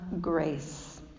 grace